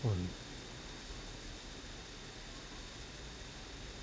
one